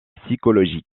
psychologique